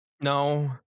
No